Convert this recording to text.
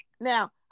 Now